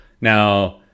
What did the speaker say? Now